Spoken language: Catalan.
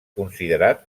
considerat